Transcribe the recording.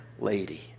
Lady